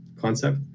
concept